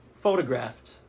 photographed